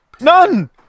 None